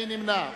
מי נמנע?